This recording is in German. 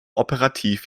operativ